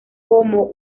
como